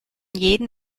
jeden